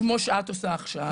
כמו שאת עושה עכשיו.